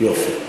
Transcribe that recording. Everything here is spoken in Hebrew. יופי.